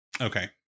Okay